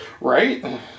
Right